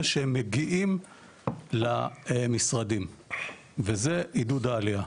שהם מגיעים למשרדים וזה עידוד העלייה.